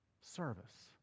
Service